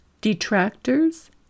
detractors